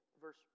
verse